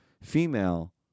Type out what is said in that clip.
female